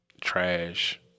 trash